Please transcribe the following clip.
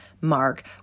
mark